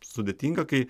sudėtinga kai